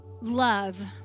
love